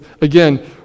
again